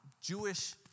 Jewish